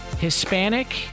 Hispanic